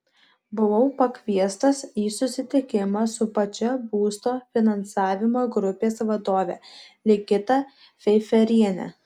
buvau pakviestas į susitikimą su pačia būsto finansavimo grupės vadove ligita feiferiene